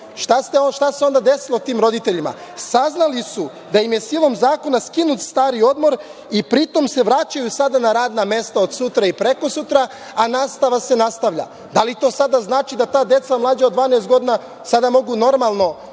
Šta se to onda desilo tim roditeljima? Saznali su da im je silom zakona skinut stari odmor i pri tom se vraćaju sada na radna mesta od sutra i prekosutra, a nastava se nastavlja. Da li to sada znači da ta deca mlađa od 12 godina, sada mogu normalno